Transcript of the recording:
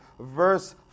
Verse